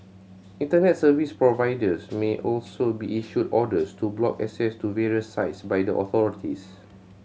Internet service providers may also be issued orders to block access to various sites by the authorities